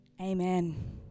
Amen